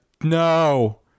No